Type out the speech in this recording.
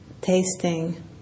tasting